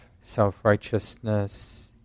self-righteousness